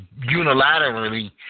unilaterally